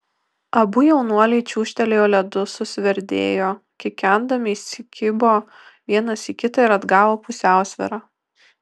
abu jaunuoliai čiūžtelėjo ledu susverdėjo kikendami įsikibo vienas į kitą ir atgavo pusiausvyrą